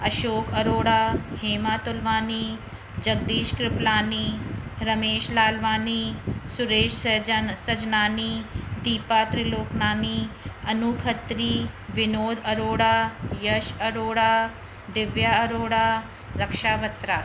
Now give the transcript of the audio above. Ashok Arora Hema Tulwani Jagdish Kripalani Ramesh Lalwani Suresh Sahaj Sajnani Deepa Trilokani Anu Khatri Vinod Arora Yash Arora Divya Arora Raksha Bhatra